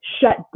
shut